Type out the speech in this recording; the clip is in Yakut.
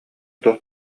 туох